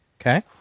Okay